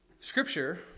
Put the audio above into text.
Scripture